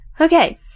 Okay